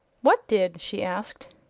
what did? she asked.